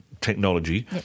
technology